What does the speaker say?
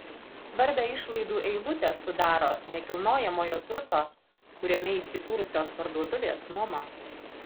svarbią išlaidų eilutę sudaro nekilnojamojo turto kuriame įsikūrusios parduotuvės nuoma